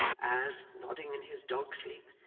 as, nodding in his dog sleep,